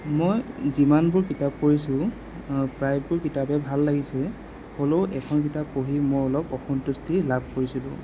মই যিমানবোৰ কিতাপ পঢ়িছোঁ প্ৰায়বোৰ কিতাপেই ভাল লাগিছে হ'লও এখন কিতাপ পঢ়ি মই অলপ অসন্তুষ্টি লাভ কৰিছিলোঁ